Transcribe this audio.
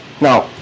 Now